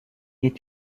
est